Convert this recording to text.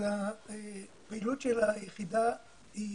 הפעילות של היחידה היא